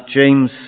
James